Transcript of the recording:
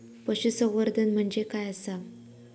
पशुसंवर्धन म्हणजे काय आसा?